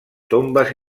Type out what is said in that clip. tombes